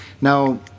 now